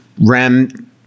Rem